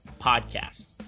podcast